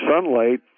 sunlight